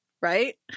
Right